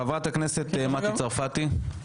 חברת הכנסת מטי צרפתי.